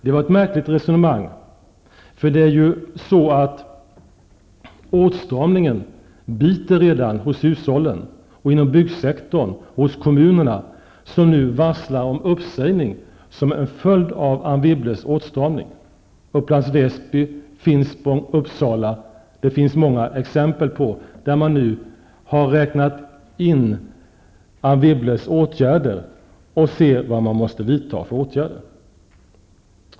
Det var ett märkligt resonemang. För det är ju så att åtstramningen redan biter hos hushållen, inom byggsektorn och hos kommunerna, som nu varslar om uppsägningar som en följd av Anne Wibbles åtstramning. Upplands Väsby, Finspång, Uppsala och många andra kommuner har räknat in Anne Wibbles åtgärder och ser nu vad man måste vidta för åtgärder.